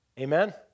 Amen